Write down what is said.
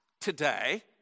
today